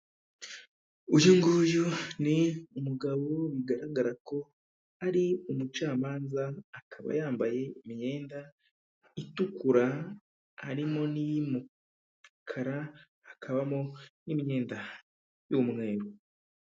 Uyu nguyu ni umugabo bigaragara ko ari umucamanza, akaba yambaye imyenda itukura harimo n'iy'umukara, hakabamo n'imyenda y'umweru.